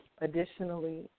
Additionally